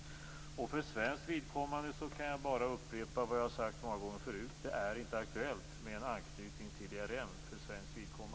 För svenskt vidkommande kan jag bara upprepa vad jag har sagt många gånger förut: Det är inte aktuellt med en anknytning till ERM.